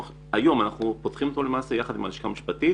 היום אנחנו פותחים קול קורא יחד עם הלשכה המשפטית